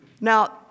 Now